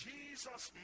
Jesus